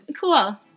Cool